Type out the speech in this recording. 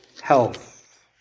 health